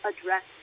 address